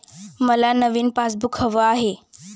मला नवीन पासबुक हवं आहे